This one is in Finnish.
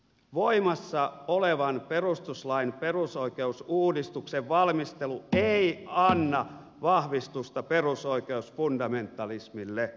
voimassa olevan perustuslain perusoikeusuudistuksen valmistelu ei anna vahvistusta perusoikeusfundamentalismille